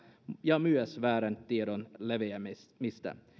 ja myös väärän tiedon leviämistä